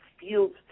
fields